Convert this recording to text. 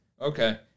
Okay